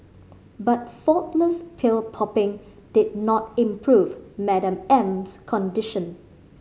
but faultless pill popping did not improve Madam M's condition